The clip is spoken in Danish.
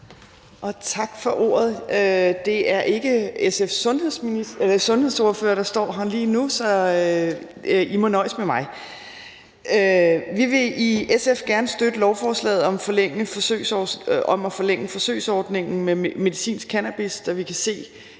Tak for ordet. Det er ikke SF's sundhedsordfører, der står her lige nu – I må nøjes med mig. Vi vil i SF gerne støtte lovforslaget om at forlænge forsøgsordningen med medicinsk cannabis, da vi kan se,